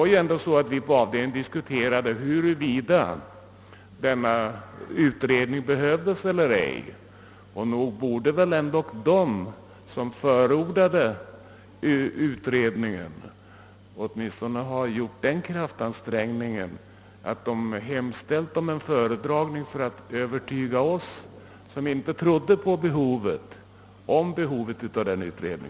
Vi diskuterade nämligen på avdelningen huruvida denna utredning behövdes eller ej, och nog borde väl de som förordar utredningen åtminstone ha gjort hemställan om en föredragning för att övertyga oss som var skeptiska om behovet av denna utredning.